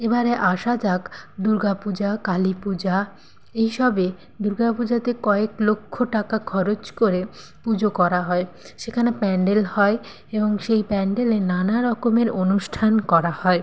এবারে আসা যাক দুর্গা পূজা কালী পূজা এই সবে দুর্গা পূজাতে কয়েক লক্ষ টাকা খরচ করে পুজো করা হয় সেখানে প্যান্ডেল হয় এবং সেই প্যান্ডেলে নানা রকমের অনুষ্ঠান করা হয়